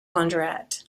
launderette